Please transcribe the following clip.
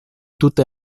tute